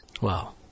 Wow